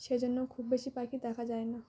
সেজন্য খুব বেশি পাখি দেখা যায় না